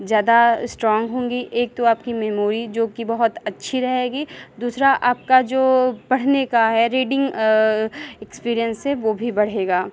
ज़्यादा स्ट्रॉन्ग होंगी एक तो आपकी मेमोरी जोकि बहुत अच्छी रहेगी दूसरा आपका जो पढ़ने का है रीडिंग एक्सपीरिएन्स है वो भी बढ़ेगा